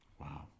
Wow